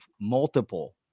multiple